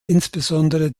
insbesondere